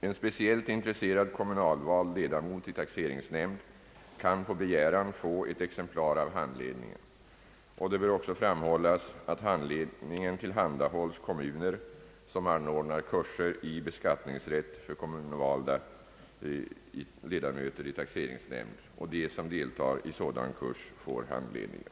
En speciellt intresserad kommunvald ledamot i taxeringsnämnd kan på begäran få ett exemplar av handledningen. Det bör framhållas att handledningen tillhandahålls kommuner som anordnar kurser i beskattningsrätt för kommunvalda ledamöter i taxeringsnämnd och de som deltar i sådan kurs får handledningen.